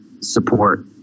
support